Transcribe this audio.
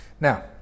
Now